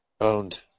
Owned